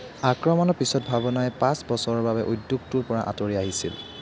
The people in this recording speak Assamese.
আক্ৰমণৰ পিছত ভাৱনাই পাঁচ বছৰৰ বাবে উদ্যোগটোৰ পৰা আঁতৰি আহিছিল